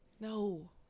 No